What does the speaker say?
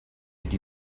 die